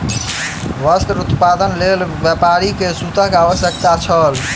वस्त्र उत्पादनक लेल व्यापारी के सूतक आवश्यकता छल